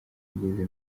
ugeze